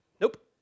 nope